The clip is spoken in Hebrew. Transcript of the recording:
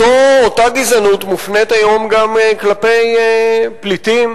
אותה גזענות מופנית היום גם כלפי פליטים,